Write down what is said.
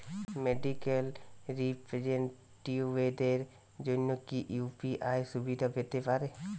Medical রিপ্রেজন্টেটিভদের জন্য কি ইউ.পি.আই সুবিধা পেতে পারে?